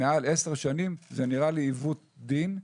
מעל עשר שנים, זה נראה לי עיוות דין,